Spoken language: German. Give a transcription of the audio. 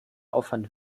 aufwand